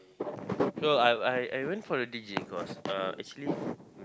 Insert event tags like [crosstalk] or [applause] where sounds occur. [noise] no I I I went for the deejay course uh actually